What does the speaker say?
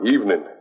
Evening